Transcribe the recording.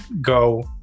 go